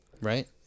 Right